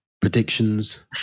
predictions